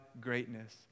greatness